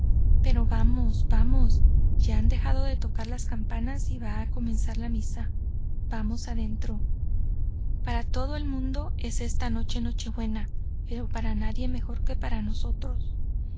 pero vamos vamos ya han dejado de tocar las campanas y va á comenzar la misa vamos adentro para todo el mundo es esta noche noche-buena pero para nadie mejor que para nosotros